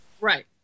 Right